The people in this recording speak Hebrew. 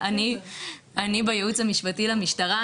אני בייעוץ המשפטי למשטרה,